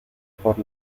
por